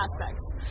aspects